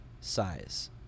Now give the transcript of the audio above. size